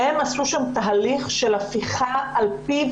והם עשו שם תהליך של הפיכה על פיו,